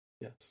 Yes